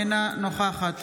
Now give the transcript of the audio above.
אינה נוכחת